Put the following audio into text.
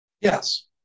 Yes